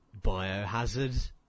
biohazard